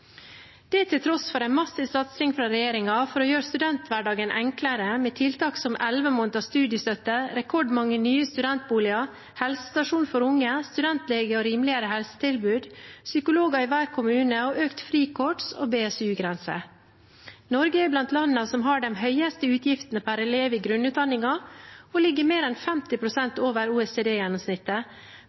til tross for en massiv satsing fra regjeringen for å gjøre studenthverdagen enklere, med tiltak som elleve måneder studiestøtte, rekordmange nye studentboliger, helsestasjon for unge, studentlege, rimeligere helsetilbud, psykologer i hver kommune og økt frikort- og BSU-grense. Norge er blant landene som har de høyeste utgiftene per elev i grunnutdanningen, og ligger mer enn 50 pst. over